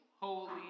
Holy